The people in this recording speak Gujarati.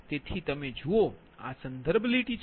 તેથી તમે જુઓ આ સંદર્ભ લીટી છે